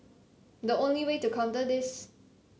the only way to counter this